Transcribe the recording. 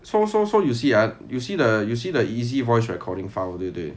so so so you see ah you see the you see the easy voice recording file 对不对